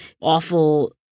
awful